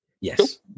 Yes